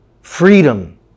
freedom